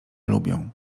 lubią